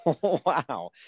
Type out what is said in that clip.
Wow